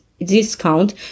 discount